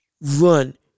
run